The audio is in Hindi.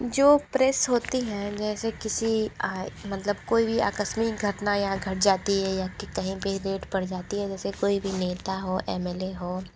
जो प्रेस होती है जैसे किसी आय मतलब कोई भी आकस्मिक घटना यहाँ घट जाती है या कहीं पे रेड पड़ जाती है जैसे कोई भी नेता हो एम एल ए हो